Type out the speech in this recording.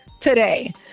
today